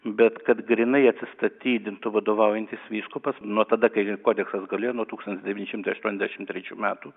bet kad grynai atsistatydintų vadovaujantis vyskupas nuo tada kai kodeksas galioja nuo tūkstantis devyni šimtai aštuoniasdešim trečių metų